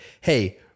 hey